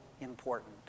important